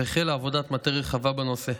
והחלה עבודת מטה רחבה בנושא.